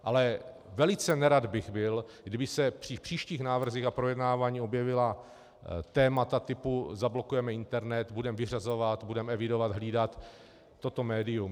Ale velice nerad bych byl, kdyby se při příštích návrzích a projednáváních objevila témata typu: zablokujeme internet, budeme vyřazovat, budeme evidovat, budeme hlídat toto médium.